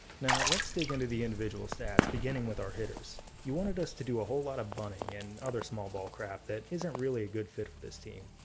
now, let's dig into the individual stats, beginning with our hitters. you wanted us to do a whole lot of burning and other small ball crap that isn't really a good fit for this team,